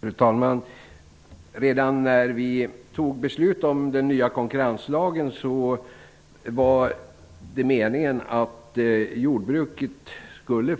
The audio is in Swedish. Fru talman! Redan när vi tog beslut om den nya konkurrenslagen var det meningen att tillåta jordbruket